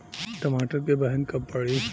टमाटर क बहन कब पड़ी?